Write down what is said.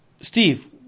Steve